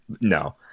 no